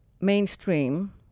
mainstream